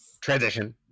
transition